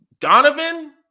Donovan